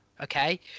okay